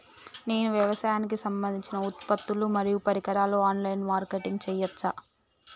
నేను వ్యవసాయానికి సంబంధించిన ఉత్పత్తులు మరియు పరికరాలు ఆన్ లైన్ మార్కెటింగ్ చేయచ్చా?